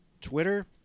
Twitter